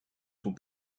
sont